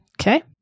Okay